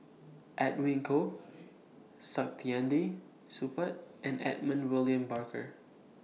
Edwin Koo Saktiandi Supaat and Edmund William Barker